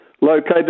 located